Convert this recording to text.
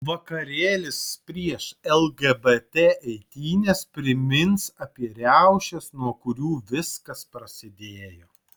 vakarėlis prieš lgbt eitynes primins apie riaušes nuo kurių viskas prasidėjo